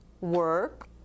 work